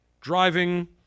Driving